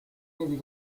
uniti